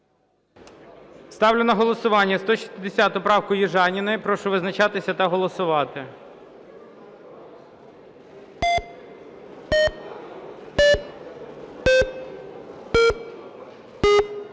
Ставлю на голосування 160 правку Южаніної. Прошу визначатися та голосувати.